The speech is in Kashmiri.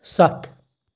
سَتھ